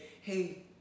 hey